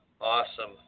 Awesome